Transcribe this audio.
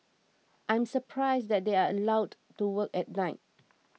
I'm surprised that they are allowed to work at night